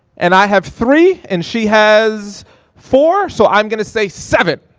and i have three and she has four, so i'm gonna say seven.